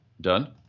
Done